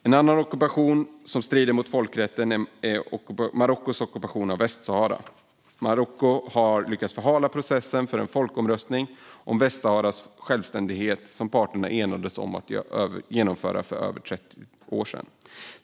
En annan ockupation som strider mot folkrätten är Marockos ockupation av Västsahara. Marocko har lyckats förhala processen för den folkomröstning om Västsaharas självständighet som parterna enades om att genomföra för över 30 år sedan.